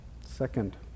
Second